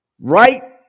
right